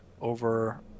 over